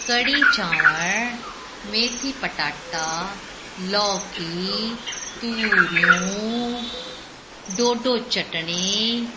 कढ़ी चांवर मेथी पटाटा लौकी तूरियूं ढोढो चटिणी